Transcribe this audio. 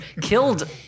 Killed